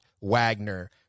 Wagner